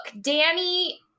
danny